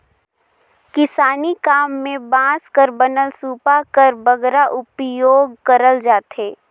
किसानी काम मे बांस कर बनल सूपा कर बगरा उपियोग करल जाथे